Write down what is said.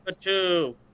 two